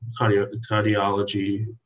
cardiology